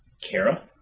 Kara